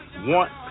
want